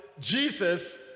Jesus